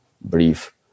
brief